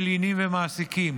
מלינים ומעסיקים